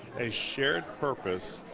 a shared purpose,